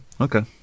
Okay